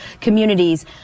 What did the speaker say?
communities